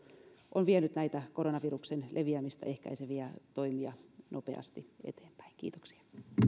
on vienyt näitä koronaviruksen leviämistä ehkäiseviä toimia nopeasti eteenpäin kiitoksia